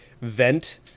vent